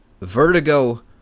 vertigo